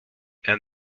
and